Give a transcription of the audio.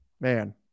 man